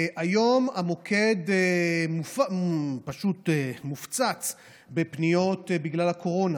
היום המוקד פשוט מופצץ בפניות בגלל הקורונה,